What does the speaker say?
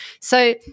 So-